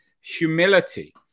humility